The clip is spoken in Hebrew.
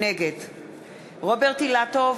נגד רוברט אילטוב,